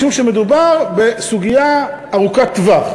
משום שמדובר בסוגיה ארוכת טווח.